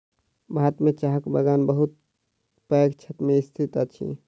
भारत में चाहक बगान बहुत पैघ क्षेत्र में स्थित अछि